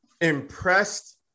impressed